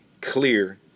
clear